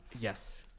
Yes